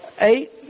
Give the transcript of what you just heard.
Eight